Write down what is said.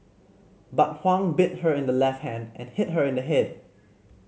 but Huang bit her in the left hand and hit her in the head